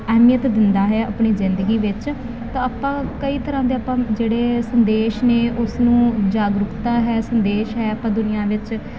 ਅਹਿਮੀਅਤ ਦਿੰਦਾ ਹੈ ਆਪਣੀ ਜ਼ਿੰਦਗੀ ਵਿੱਚ ਤਾਂ ਆਪਾਂ ਕਈ ਤਰ੍ਹਾਂ ਦੇ ਆਪਾਂ ਜਿਹੜੇ ਸੰਦੇਸ਼ ਨੇ ਉਸਨੂੰ ਜਾਗਰੂਕਤਾ ਹੈ ਸੰਦੇਸ਼ ਹੈ ਆਪਾਂ ਦੁਨੀਆ ਵਿੱਚ